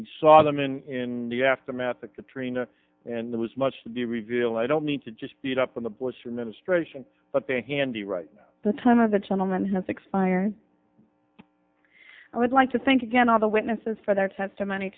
we saw them in the aftermath of katrina and there was much to be reveal i don't need to just beat up on the bush administration but they are handy right the time of the gentleman has expired i would like to thank again all the witnesses for their testimony